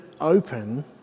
open